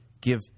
give